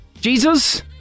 Jesus